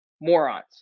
morons